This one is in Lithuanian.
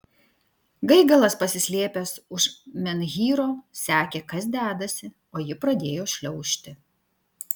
gaigalas pasislėpęs už menhyro sekė kas dedasi o ji pradėjo šliaužti